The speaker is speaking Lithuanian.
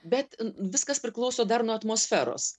bet viskas priklauso dar nuo atmosferos